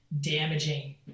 damaging